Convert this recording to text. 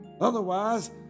Otherwise